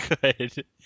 good